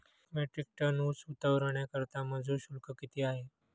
एक metric ton ऊस उतरवण्याकरता मजूर शुल्क किती आहे?